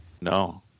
No